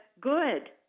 good